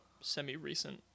semi-recent